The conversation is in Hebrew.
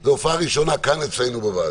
זו הופעה ראשונה כאן אצלנו בוועדה.